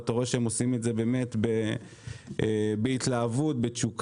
אתה רואה שהם עושים את זה בהתלהבות ותשוקה,